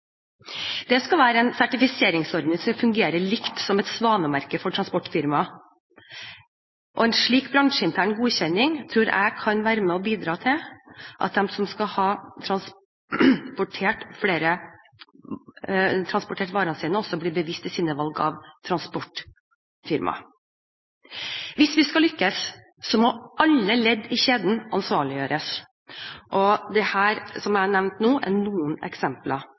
Det skal være en sertifiseringsordning som fungerer som et svanemerke for transportfirmaer. En slik bransjeintern godkjenning tror jeg kan være med og bidra til at de som skal ha transportert varene sine, også blir mer bevisst i sine valg av transportfirma. Hvis vi skal lykkes, må alle ledd i kjeden ansvarliggjøres. Det jeg har nevnt nå, er noen eksempler